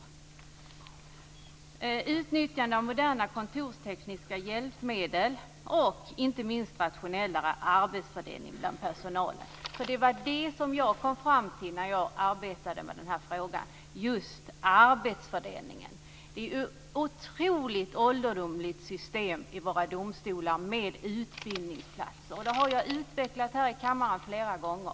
Så till utnyttjande av moderna kontorstekniska hjälpmedel och inte minst rationellare arbetsfördelning bland personalen. Det jag kom fram till när jag arbetade med den här frågan var just arbetsfördelningen. Det är ett otroligt ålderdomligt system i våra domstolar med utbildningsplatser. Det har jag utvecklat här i kammaren flera gånger.